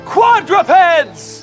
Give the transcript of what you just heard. Quadrupeds